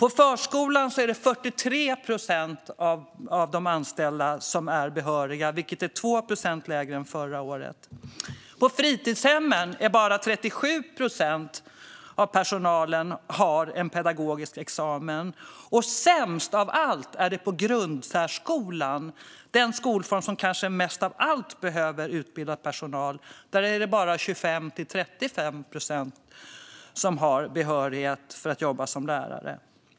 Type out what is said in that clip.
I förskolan är det 43 procent av de anställda som är behöriga, vilket är 2 procent lägre än förra året. På fritidshemmen är det bara 37 procent av personalen som har en pedagogisk examen. Sämst av allt är det i grundsärskolan, den skolform som kanske mest av allt behöver utbildad personal. Där är det bara 25-35 procent som har behörighet för att jobba som lärare.